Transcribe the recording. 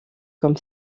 comme